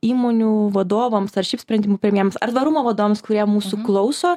įmonių vadovams ar šiaip sprendimų priėmėjams ar tvarumo vadovams kurie mūsų klauso